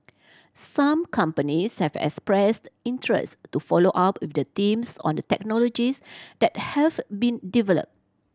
some companies have expressed interest to follow up with the teams on the technologies that have been developed